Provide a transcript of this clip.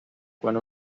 quan